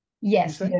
Yes